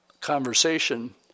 conversation